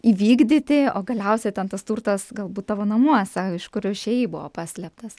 įvykdyti o galiausiai ten tas turtas galbūt tavo namuose iš kurio išėjai buvo paslėptas